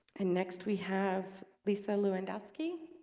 and next we have lisa lewandowski